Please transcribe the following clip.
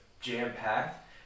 jam-packed